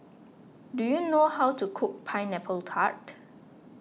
do you know how to cook Pineapple Tart